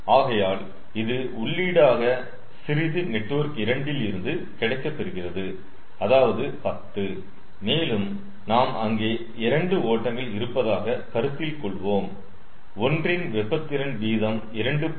ஆகையால் இது உள்ளீடாக சிறிது நெட்வொர்க் 2 இல் இருந்து கிடைக்கப்பெறுகிறது அதாவது 10 மேலும் நாம் அங்கே இரண்டு ஓட்டங்கள் இருப்பதாக கருத்தில் கொள்வோம் ஒன்றின் வெப்ப திறன் வீதம் 2